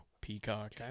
Peacock